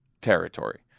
territory